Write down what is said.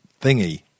thingy